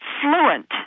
fluent